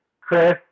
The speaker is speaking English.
Chris